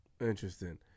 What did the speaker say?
Interesting